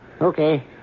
Okay